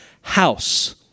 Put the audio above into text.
house